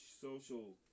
social